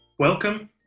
Welcome